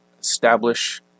establish